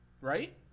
right